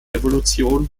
evolution